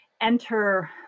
enter